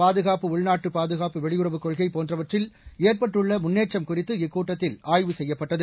பாதுகாப்பு உள்நாட்டு பாதுகாப்பு வெளியறவு கொள்கை போன்றவற்றில் ஏற்பட்டுள்ள முன்னேற்றம் குறித்து இக்கூட்டத்தில் ஆய்வு செய்யப்பட்டது